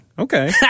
okay